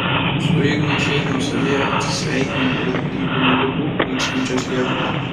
su igno šeiniaus alėja atsisveikina dėl grybinių ligų nykstančios liepos